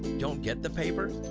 don't get the paper?